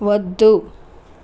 వద్దు